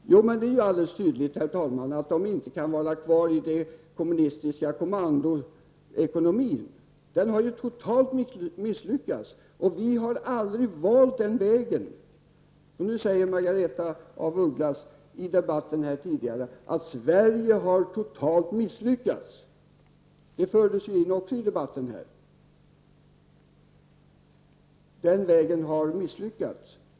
Herr talman! Det är alldeles klart att de inte kan vara kvar i den kommunistiska kommandoekonomin, som ju har misslyckats totalt. Vi har aldrig valt den vägen. I denna debatt har Margaretha af Ugglas sagt att Sverige har misslyckats totalt med den tredje vägens politik.